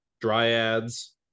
Dryads